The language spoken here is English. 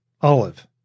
olive